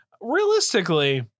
Realistically